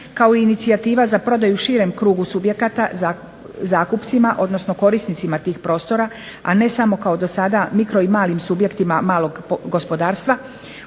kao inicijativa za prodaju širem krugu subjekata zakupcima, odnosno korisnicima tih prostora, a ne samo kao dosada mikro i malim subjektima malog gospodarstva